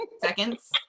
seconds